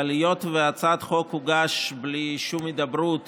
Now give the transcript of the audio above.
אבל היות שהצעת החוק הוגשה בלי שום הידברות